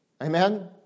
Amen